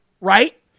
right